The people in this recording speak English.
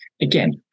again